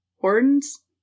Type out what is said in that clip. Hortons